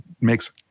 makes